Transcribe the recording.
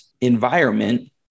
environment